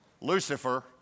Lucifer